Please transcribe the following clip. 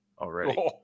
already